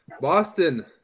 Boston